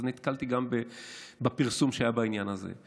נתקלתי גם בפרסום שהיה בעניין הזה.